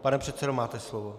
Pane předsedo, máte slovo.